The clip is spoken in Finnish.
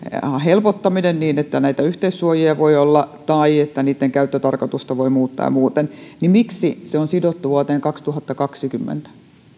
helpottaminen niin että näitä yhteissuojia voi olla tai että niitten käyttötarkoitusta voi muuttaa muuten niin miksi se on sidottu vuoteen kaksituhattakaksikymmentä